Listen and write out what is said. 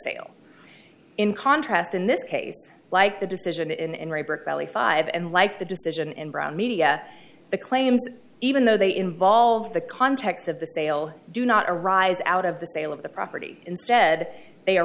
sale in contrast in this case like the decision in five and like the decision in brown media the claims even though they involve the context of the sale do not arise out of the sale of the property instead they a